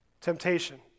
temptation